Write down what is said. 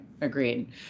Agreed